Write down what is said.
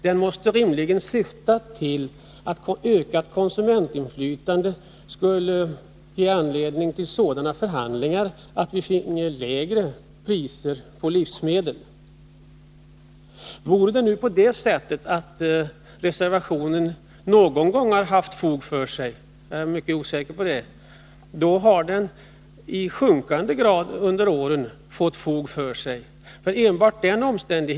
Den måste rimligen syfta till att ökat konsumentinflytande skulle ge anledning till sådana förhandlingar att vi finge lägre priser på livsmedel. Även om det nu vore på det sättet att en sådan här reservation någon gång har haft fog för sig — jag är mycket osäker på det — har den under årens lopp fått mindre fog för sig.